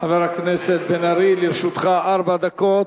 חבר הכנסת בן-ארי, לרשותך ארבע דקות.